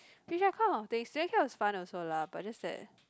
things student care was fun also lah but just that